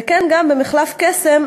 וכך גם במחלף קסם,